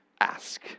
ask